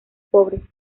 pobres